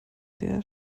der